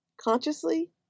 consciously